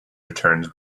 returns